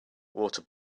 water